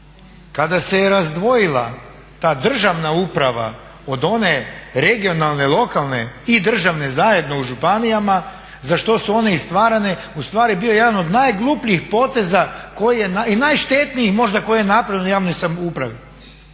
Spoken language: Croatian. kada se razdvojila ta državna uprava od one regionalne, lokalne i državne zajedno u županijama za što su one i stvarane ustvari bio jedan od najglupljih poteza i najštetnijih možda koje je napravljeno javnoj samoupravi